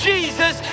Jesus